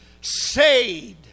saved